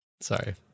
Sorry